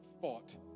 fought